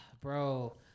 Bro